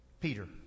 Peter